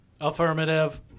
Affirmative